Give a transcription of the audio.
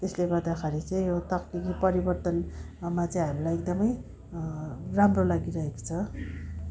त्यसले गर्दाखेरि चाहिँ यो तक्निकी परिवर्तन मा चाहिँ हामीलाई एकदमै राम्रो लागिरहेको छ